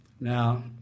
Now